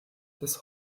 des